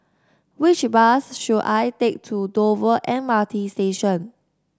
which bus should I take to Dover M R T Station